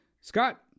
Scott